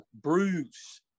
bruce